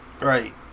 right